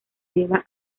deba